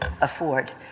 afford